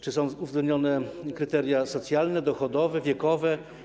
Czy są uwzględnione kryteria socjalne, dochodowe, wiekowe?